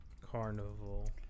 Carnival